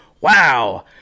wow